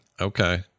okay